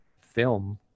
film